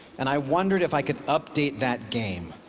and i wondered if i could update that game,